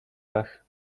kach